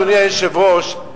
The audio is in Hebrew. אדוני היושב-ראש,